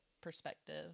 perspective